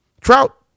Trout